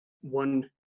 one